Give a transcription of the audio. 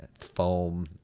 foam